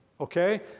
Okay